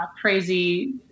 crazy